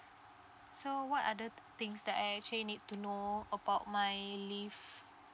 so what other things that I actually need to know about my leave